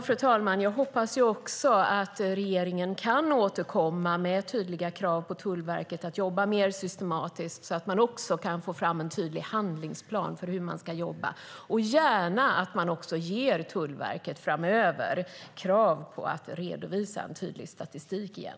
Fru talman! Jag hoppas också att regeringen kan återkomma med tydliga krav på Tullverket att jobba mer systematiskt för att få fram en tydlig handlingsplan för hur man ska jobba. Jag ser gärna att det framöver också ställs krav på att Tullverket ska redovisa en tydlig statistik igen.